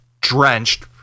drenched